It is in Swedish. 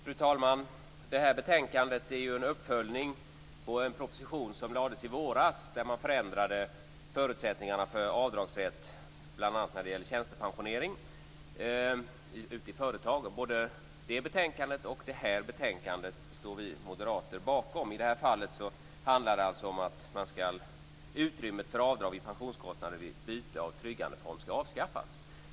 Fru talman! Det här betänkandet är ju en uppföljning av en proposition som lades fram i våras i vilken man förändrade förutsättningarna för avdragsrätt bl.a. när det gällde tjänstepensionering ute i företag. Både det betänkandet och det här betänkandet står vi moderater bakom. I det här fallet handlar det alltså om att utrymmet för avdrag i pensionskostnader vid byte av tryggandeform skall avskaffas.